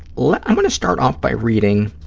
like i'm going to start off by reading,